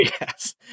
Yes